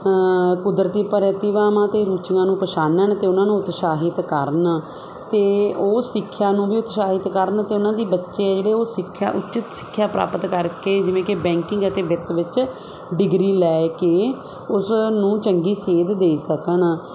ਕੁਦਰਤੀ ਪ੍ਰਤੀਭਾਵਾਂ ਅਤੇ ਰੁਚੀਆਂ ਨੂੰ ਪਛਾਨਣ ਅਤੇ ਉਹਨਾਂ ਨੂੰ ਉਤਸਾਹਿਤ ਕਰਨ ਅਤੇ ਉਹ ਸਿੱਖਿਆ ਨੂੰ ਵੀ ਉਤਸਾਹਿਤ ਕਰਨ ਅਤੇ ਉਹਨਾਂ ਦੇ ਬੱਚੇ ਜਿਹੜੇ ਉਹ ਸਿੱਖਿਆ ਉਚਿਤ ਸਿੱਖਿਆ ਪ੍ਰਾਪਤ ਕਰਕੇ ਜਿਵੇਂ ਕਿ ਬੈਂਕਿੰਗ ਅਤੇ ਵਿੱਤ ਵਿੱਚ ਡਿਗਰੀ ਲੈ ਕੇ ਉਸ ਨੂੰ ਚੰਗੀ ਸੇਧ ਦੇ ਸਕਣ